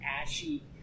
ashy